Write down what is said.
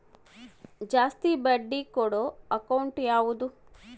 ಜಾಸ್ತಿ ಬಡ್ಡಿ ಕೊಡೋ ಅಕೌಂಟ್ ಯಾವುದು?